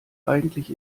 eigentlich